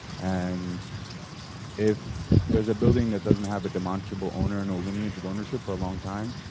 and if there's a building that doesn't have a demonstrable owner, no lineage of ownership for a long time,